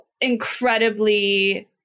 incredibly